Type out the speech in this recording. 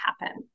happen